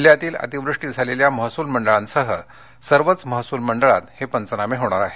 जिल्ह्यातील अतिवृष्टी झालेल्या महसूल मंडळांसह सर्वच महसूल मंडळात हे पंचनामे होणार आहेत